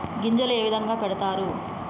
గింజలు ఏ విధంగా పెడతారు?